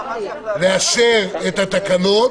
היא לאשר תקנות